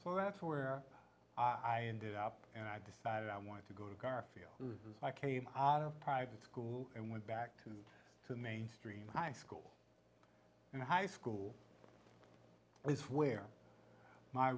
so that's where i ended up i decided i wanted to go to garfield as i came out of private school and went back to to mainstream high school and high school is where my